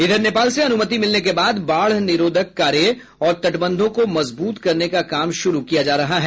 इधर नेपाल से अनुमति मिलने के बाद बाढ़ निरोधक कार्य और तटबंधों को मजबूत करने का काम शुरू किया जा रहा है